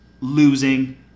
losing